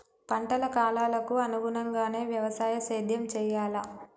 పంటల కాలాలకు అనుగుణంగానే వ్యవసాయ సేద్యం చెయ్యాలా?